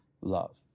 love